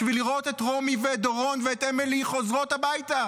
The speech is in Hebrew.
בשביל לראות את רומי ואת דורון ואת אמילי חוזרות הביתה.